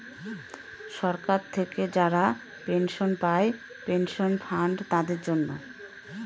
সরকার থেকে যারা পেনশন পায় পেনশন ফান্ড তাদের জন্য